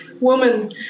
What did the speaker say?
woman